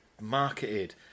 marketed